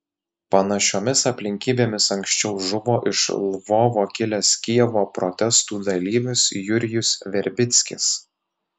panašiomis aplinkybėmis anksčiau žuvo iš lvovo kilęs kijevo protestų dalyvis jurijus verbickis